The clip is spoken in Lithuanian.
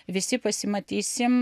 visi pasimatysim